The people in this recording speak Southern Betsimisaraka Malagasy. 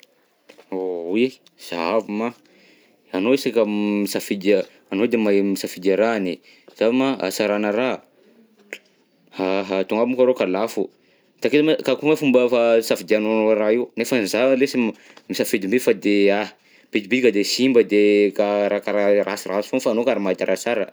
Oy, zahavo moa, agnao isaka misafidy a, agnao de mahay misafidy e raha any e, zahao moa hasarana raha, aha toagny moa karô ka lafo, takeo moa karakory moa fomba fa, safidianao raha io, nefany zaho lesy misafidy mi fa de ah bilobiloka de simba de karaha karaha rasirasy foagna, fa agnao karaha mahita raha sara.